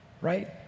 right